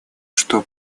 что